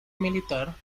militar